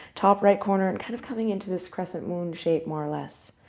top right corner, and kind of coming into this crescent moon shape, more or less.